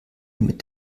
mit